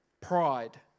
pride